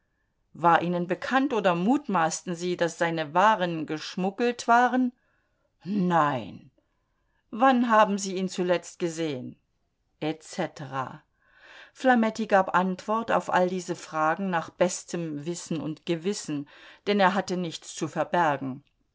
war ihnen bekannt oder mutmaßten sie daß seine waren geschmuggelt waren nein wann haben sie ihn zuletzt gesehen etc flametti gab antwort auf all diese fragen nach bestem wissen und gewissen denn er hatte nichts zu verbergen